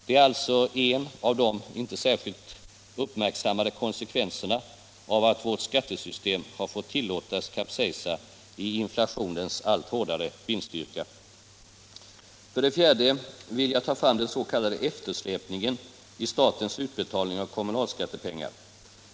Det är alltså en av de icke särskilt uppmärksammade konsekvenserna av att vårt skattesystem har fått tilllåtas kapsejsa i inflationens allt hårdare vindstyrka. För det fjärde vill jag ta fram den s.k. eftersläpningen i statens utbetalning av kommunalskattepengar.